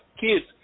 kids